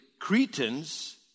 Cretans